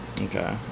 Okay